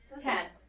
Ten